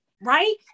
right